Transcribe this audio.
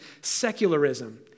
secularism